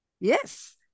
Yes